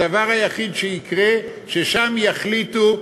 הדבר היחיד שיקרה, ששם יחליטו,